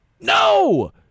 No